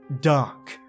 dark